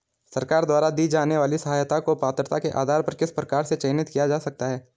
सरकार द्वारा दी जाने वाली सहायता को पात्रता के आधार पर किस प्रकार से चयनित किया जा सकता है?